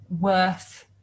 worth